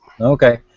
Okay